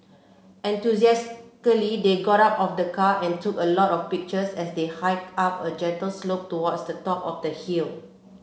enthusiastically they got out of the car and took a lot of pictures as they hiked up a gentle slope towards the top of the hill